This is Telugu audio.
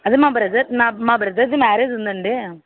అదే మా బ్రదర్ నా మా బ్రదర్ది మ్యారేజ్ ఉందండి